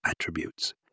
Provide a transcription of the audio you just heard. attributes